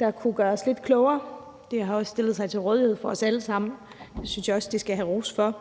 der kunne gøre os lidt klogere. De har også stillet sig til rådighed for os alle sammen, og det synes jeg også de skal have ros for.